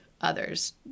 others